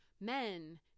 Men